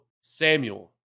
Samuel